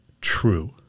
true